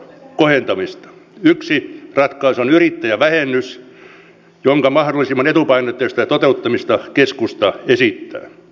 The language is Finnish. yksi ratkaisu on yrittäjävähennys jonka mahdollisimman etupainotteista toteuttamista keskusta esittää